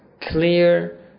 clear